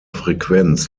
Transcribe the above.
frequenz